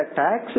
tax